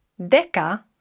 deca